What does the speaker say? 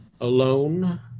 alone